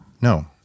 No